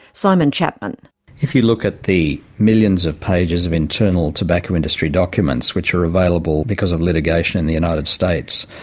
simon chapman if you look at the millions of pages of internal tobacco industry documents which are available because of litigation in the united states,